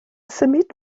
symud